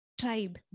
tribe